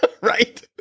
Right